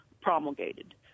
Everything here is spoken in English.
promulgated